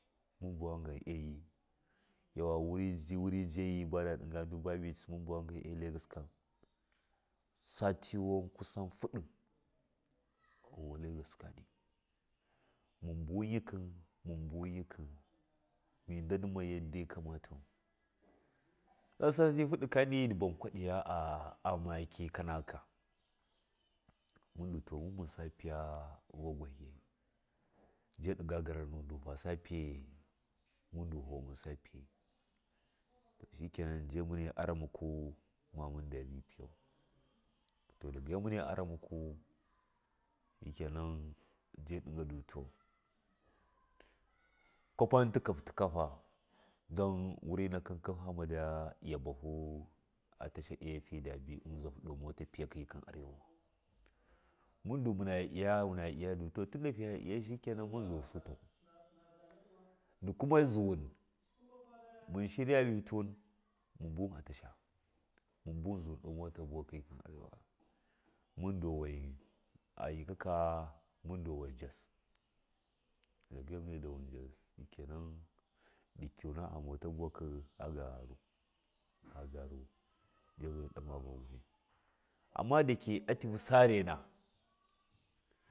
Mun bawan gan ayi wuri wi wuri jayi bada ɗagandɨ babis mun bawan gayi lagos ka satiwa kusan fuɗi ɗo lagos kani mun buwun mun buwun yikɨn do sati faɗika ni ndi van kwaɗi a makgakyi naka mundu mamunsa fɨya vuwakwagai ja ɗiga garna nuwun ndi fasa fige mundu hou masa figai shikenan ja mine ara muku ba minda bi figau todaga mune aramuka ja ɗigadu to kwafa muntikahu tikafa dan wurina kɨki famade iga bahu atasha afidabi zahu ɗo motor fiyakɨ arewau mudu muna iya iya muna iya iya duto mu zuwa fasuto ndu kuma zuu mushirya wihi tuwu muna tasha mun buwun zuu domata buwakɨ gikɨn arewa mun dawa a bikaka man dawun jos dagai mane jas shikana ndɨki yuna mata vuwahiyu agaru a garu dai mune ɗama amma dake ativi sarena.